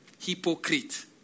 Hypocrite